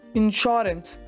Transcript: insurance